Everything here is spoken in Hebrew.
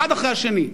אחד אחרי השני.